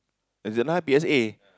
as in ah P_S_A